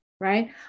right